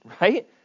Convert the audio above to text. right